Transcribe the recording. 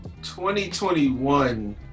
2021